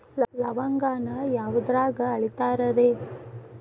ಲವಂಗಾನ ಯಾವುದ್ರಾಗ ಅಳಿತಾರ್ ರೇ?